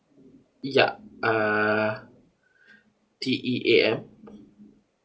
ya uh T E A M